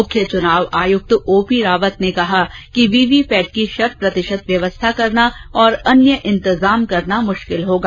मुख्य चुनाव आयुक्त ओ पी रावत ने कहा कि वीवीपैट की शत प्रतिशत व्यवस्था करना और अन्य इंतजाम करना मुश्किल होगा